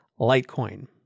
Litecoin